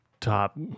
top